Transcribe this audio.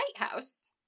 lighthouse